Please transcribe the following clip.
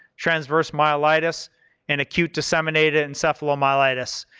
transverse myelitis and acute disseminated encephalomyelitis.